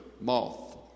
moth